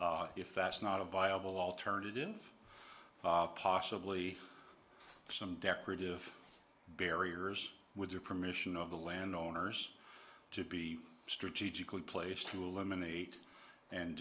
if that's not a viable alternative possibly some decorative barriers with your permission of the land owners to be strategically placed to eliminate and